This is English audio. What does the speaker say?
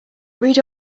read